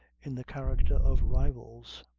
in the character of rivals.